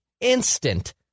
instant